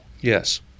Yes